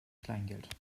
kleingeld